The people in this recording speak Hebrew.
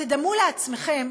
תדמו לעצמכם,